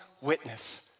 witness